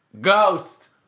ghost